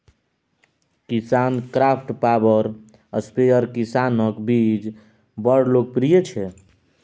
KisanKraft power sprayer किसानक बीच बड़ लोकप्रिय छै